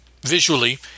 visually